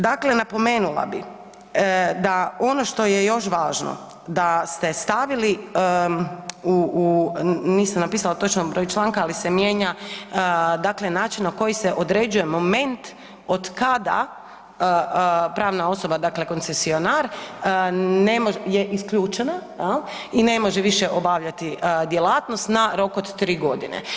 Dakle, napomenula bi da ono što je još važno, da ste stavili, nisam napisala toćan broj članka ali se mijenja dakle način na koji se određuje moment od kada pravna osoba dakle koncesionar je isključena i ne može više obavljati djelatnost na rok od 3 godine.